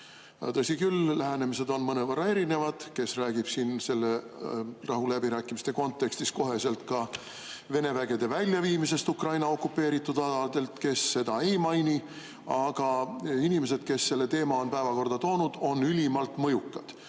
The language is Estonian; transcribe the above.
Tõsi küll, lähenemised on mõnevõrra erinevad. Kes räägib rahuläbirääkimiste kontekstis kohe ka Vene vägede väljaviimisest Ukraina okupeeritud aladelt, kes seda ei maini. Aga inimesed, kes selle teema on päevakorda toonud, on ülimalt mõjukad.